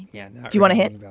yeah do you want a hint?